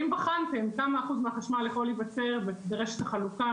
האם בחנתם כמה אחוז מהחשמל יכול להיווצר ברשת החלוקה,